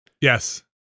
Yes